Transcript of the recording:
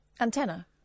Antenna